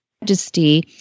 majesty